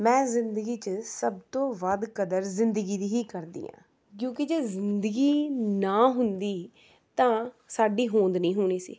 ਮੈਂ ਜ਼ਿੰਦਗੀ 'ਚ ਸਭ ਤੋਂ ਵੱਧ ਕਦਰ ਜ਼ਿੰਦਗੀ ਦੀ ਹੀ ਕਰਦੀ ਹਾਂ ਕਿਉਂਕਿ ਜੇ ਜ਼ਿੰਦਗੀ ਨਾ ਹੁੰਦੀ ਤਾਂ ਸਾਡੀ ਹੋਂਦ ਨਹੀਂ ਹੋਣੀ ਸੀ